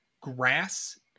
grass